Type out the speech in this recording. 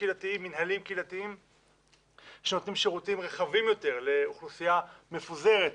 מינהלים קהילתיים שנותנים שירותים רחבים יותר לאוכלוסייה מפוזרת,